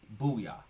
Booyah